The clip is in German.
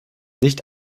nicht